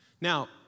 Now